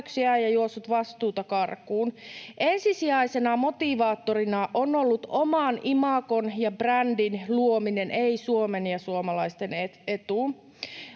ja juossut vastuuta karkuun. Ensisijaisena motivaattorina on ollut oman imagon ja brändin luominen, ei Suomen ja suomalaisten etu.